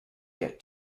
get